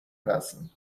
person